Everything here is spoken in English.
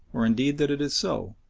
or indeed that it is so,